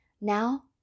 Now